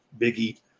Biggie